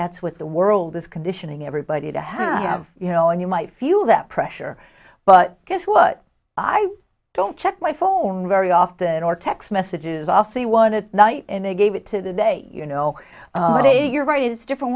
that's what the world is conditioning everybody to have you know and you might fuel that pressure but guess what i don't check my phone very often or text messages i'll see one that night and they gave it to the day you know you're right it is different